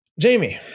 Jamie